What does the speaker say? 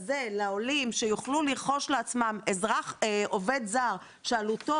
הזה לעולים כדי שיוכלו להעסיק עובד זר שעלותו,